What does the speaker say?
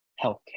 healthcare